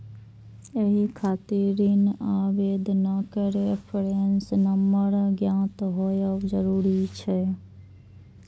एहि खातिर ऋण आवेदनक रेफरेंस नंबर ज्ञात होयब जरूरी छै